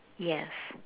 yes